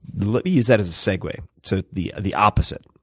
let me use that as a segue. so the the opposite.